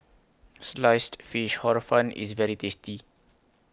Sliced Fish Hor Fun IS very tasty